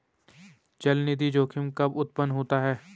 चलनिधि जोखिम कब उत्पन्न होता है?